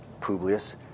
Publius